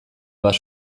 bat